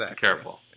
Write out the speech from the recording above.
Careful